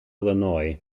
illinois